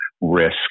risk